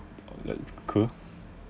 that's cool